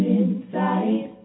inside